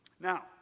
Now